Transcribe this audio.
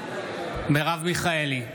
מרב מיכאלי,